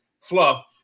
fluff